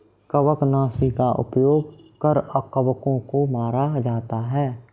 कवकनाशी का उपयोग कर कवकों को मारा जाता है